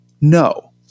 no